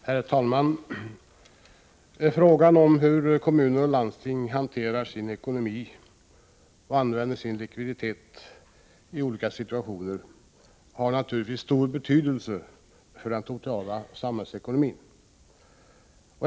Herr talman! Hur kommuner och landsting hanterar sin ekonomi och använder sin likviditet i olika situationer har naturligtvis stor betydelse för den totala samhällsekonomin.